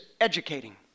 educating